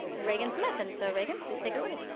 regan smith. and so regan, please take it away.